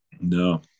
no